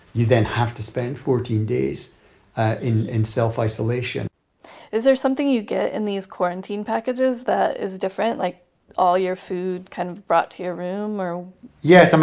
you then have to spend fourteen days ah in in self-isolation is there something you get in these quarantine packages that is different, like all your food kind of brought to your room? yes. i mean,